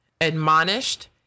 admonished